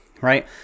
right